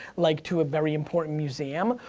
like to a very important museum,